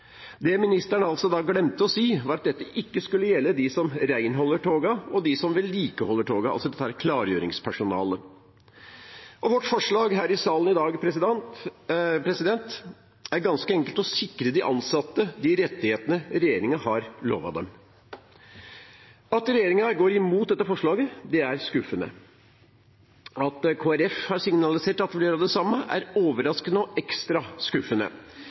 Det ministeren da glemte å si, var at dette ikke skulle gjelde de som renholder togene, og de som vedlikeholder togene, altså klargjøringspersonalet. Vårt forslag her i salen i dag handler ganske enkelt om å sikre de ansatte de rettighetene regjeringen har lovet dem. At regjeringen går imot dette forslaget, er skuffende. At Kristelig Folkeparti har signalisert at de vil gjøre det samme, er overraskende og ekstra skuffende.